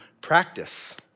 practice